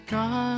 God